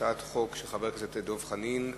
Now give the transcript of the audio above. הצעת חוק של חבר הכנסת דב חנין,